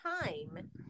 time